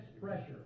pressure